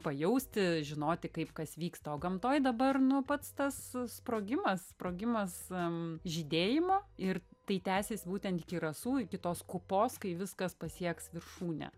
pajausti žinoti kaip kas vyksta o gamtoj dabar nu pats tas sprogimas sprogimas žydėjimo ir tai tęsis būtent iki rasų iki tos kupos kai viskas pasieks viršūnę